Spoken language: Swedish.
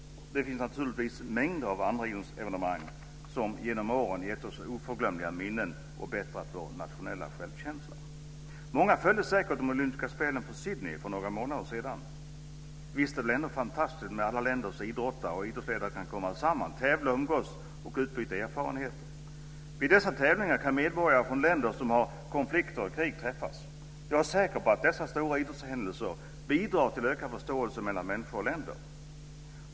Det finns naturligtvis mängder av andra idrottsevenemang som genom åren gett oss oförglömliga minnen och bättrat på vår nationella självkänsla. Många följde säkert de olympiska spelen från Sydney för några månader sedan. Visst är det väl ändå fantastiskt att alla länders idrottare och idrottsledare kan komma samman, tävla, umgås och utbyta erfarenheter. Vid dessa tävlingar kan medborgare från länder som har konflikter och krig träffas. Jag är säker på att dessa stora idrottshändelser bidrar till ökad förståelse mellan människor och länder.